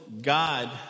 God